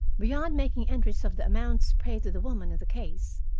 beyond making entries of the amounts paid to the woman in the case,